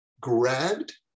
grabbed